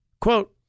Quote